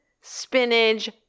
spinach